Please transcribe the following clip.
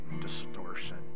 distortion